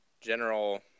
general –